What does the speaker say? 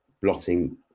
blotting